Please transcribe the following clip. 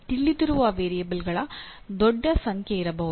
ತಿಳಿದಿರುವ ವೇರಿಯಬಲ್ಗಳ ದೊಡ್ಡ ಸಂಖ್ಯೆಯಿರಬಹುದು